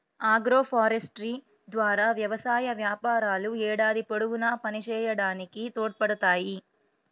agroforestry ద్వారా వ్యవసాయ వ్యాపారాలు ఏడాది పొడవునా పనిచేయడానికి తోడ్పడతాయి